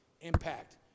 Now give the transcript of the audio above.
impact